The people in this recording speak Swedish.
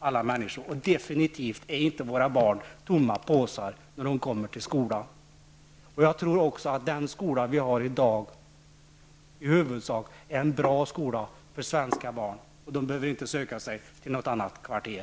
Våra barn är definitivt inte heller tomma påsar när de kommer till skolan. Jag tror att den skola vi har i dag i huvudsak är en bra skola för svenska barn. De behöver alltså inte söka sig till något annat kvarter.